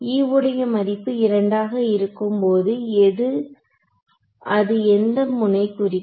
e உடைய மதிப்பு இரண்டாக இருக்கும்போது அது எந்த முனை குறிக்கும்